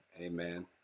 amen